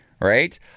right